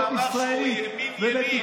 הוא אמר שהוא ימין ימין.